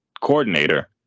coordinator